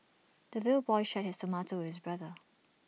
the little boy shared his tomato with brother